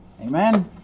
amen